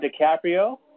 DiCaprio